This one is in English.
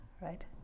right